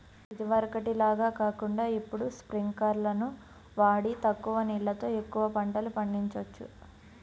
ఇదివరకటి లాగా కాకుండా ఇప్పుడు స్పింకర్లును వాడి తక్కువ నీళ్ళతో ఎక్కువ పంటలు పండిచొచ్చు